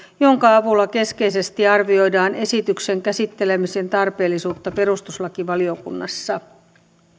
jonka avulla keskeisesti arvioidaan esityksen käsittelemisen tarpeellisuutta perustuslakivaliokunnassa